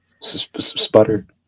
sputtered